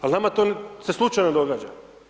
Ali nama to se slučajno događa.